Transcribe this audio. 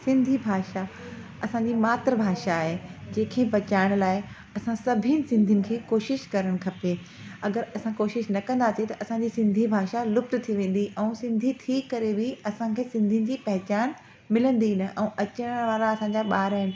सिंधी भाषा असांजी मातृभाषा आहे जे खे बचाइण लाइ असां सभीनि सिंधीयुनि खे कोशिश करणु खपे अगरि सां कोशिश न कंदासीं त असांजी सिंधी भाषा लुप्तु थी वेंदी ऐं सिंधी थी करे बि असांखे सिंधी जी पहचान मिलंदी न ऐं अचण वारा असांजा ॿार आहिनि